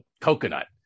coconut